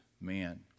Man